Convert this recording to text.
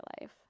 life